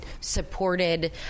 supported